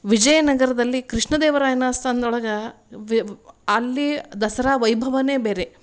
ವಿಜಯನಗರದಲ್ಲಿ ಕೃಷ್ಣ ದೇವರಾಯನ ಆಸ್ಥಾನದೊಳಗ ವೆವ್ ಅಲ್ಲಿ ದಸರಾ ವೈಭವಾನೆ ಬೇರೆ